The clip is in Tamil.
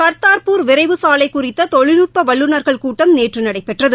கர்த்தார்பூர் விரைவு சாலைகுறித்ததொழில்நுட்பவல்லுநர்கள் கூட்டம் நேற்றுநடைபெற்றது